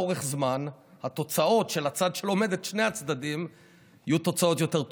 לאורך זמן התוצאות של הצד שלומד את שני הצדדים יהיו תוצאות יותר טובות.